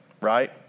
right